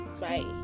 Bye